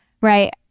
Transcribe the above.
right